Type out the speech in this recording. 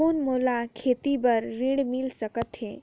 कौन मोला खेती बर ऋण मिल सकत है?